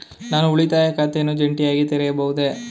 ನಾನು ಉಳಿತಾಯ ಖಾತೆಯನ್ನು ಜಂಟಿಯಾಗಿ ತೆರೆಯಬಹುದೇ?